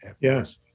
Yes